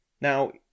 Now